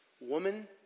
woman